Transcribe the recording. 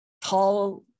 tall